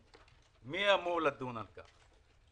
מי אמור לדון על כך?